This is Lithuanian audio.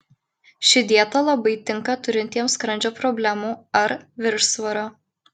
ši dieta labai tinka turintiems skrandžio problemų ar viršsvorio